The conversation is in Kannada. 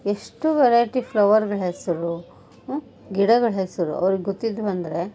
ಎಷ್ಟು ವೆರೈಟಿ ಫ್ಲವರ್ಗಳ ಹೆಸರು ಗಿಡಗಳ ಹೆಸರು ಅವ್ರಿಗೆ ಗೊತ್ತಿದ್ದವಂದ್ರೆ